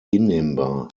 hinnehmbar